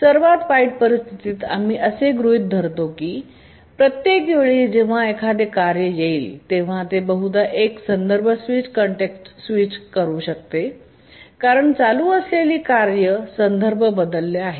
सर्वात वाईट परिस्थितीत आम्ही असे गृहीत धरू शकतो की प्रत्येक वेळी जेव्हा एखादे कार्य येईल तेव्हा ते बहुधा एक संदर्भ स्विच कॅन्टेक्सट स्विच करू शकते कारण चालू असलेले कार्य संदर्भ बदलले आहे